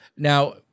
Now